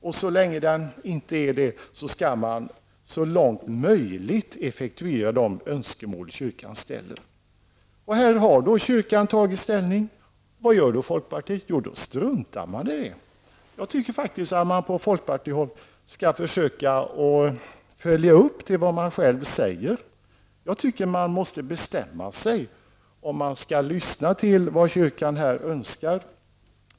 Och så länge den inte är det skall man så långt som möjligt effektuera de önskemål som kyrkan ställer. Här har kyrkan tagit ställning. Vad gör då folkpartiet? Jo, då struntar man i detta. Jag tycker faktiskt att man på folkpartihåll skall försöka följa upp vad man själv säger. Jag tycker att man måste bestämma om man skall lyssna till vad kyrkan här önskar.